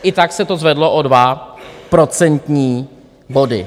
I tak se to zvedlo o dva procentní body.